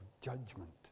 judgment